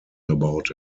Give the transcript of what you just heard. about